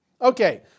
Okay